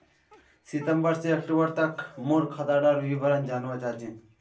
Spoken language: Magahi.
सितंबर से अक्टूबर तक मोर खाता डार विवरण जानवा चाहची?